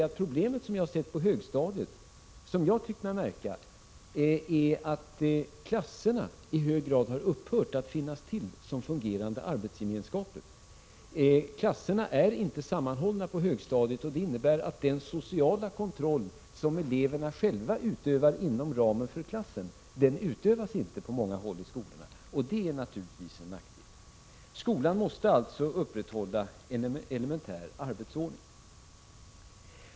Ett problem som jag tyckt mig märka på högstadiet är att klasserna i hög grad har upphört att finnas till som fungerande arbetsgemenskap. Klasserna är inte sammanhållna på högstadiet, och det innebär att den sociala kontroll som eleverna själva utövar inom ramen för klassen på många håll inte utövas i skolorna. Det är naturligtvis en nackdel. Skolan måste upprätthålla en elementär arbetsordning.